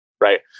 Right